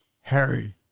Harry